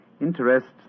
Interests